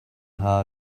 hard